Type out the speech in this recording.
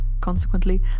Consequently